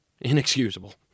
Inexcusable